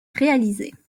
réalisées